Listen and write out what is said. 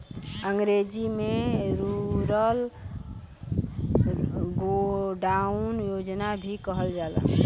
अंग्रेजी में rural godown योजना भी कहल जाला